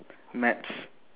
maths